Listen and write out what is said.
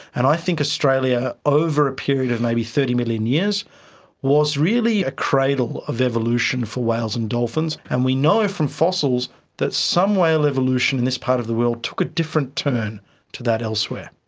and i think australia over a period of maybe thirty million years was really a cradle of evolution for whales and dolphins. and we know from fossils that some whale evolution in this part of the world took a different turn to that elsewhere.